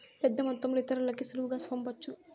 పెద్దమొత్తంలో ఇతరులకి సులువుగా పంపొచ్చు